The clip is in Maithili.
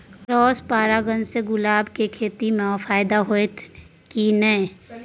क्रॉस परागण से गुलाब के खेती म फायदा होयत की नय?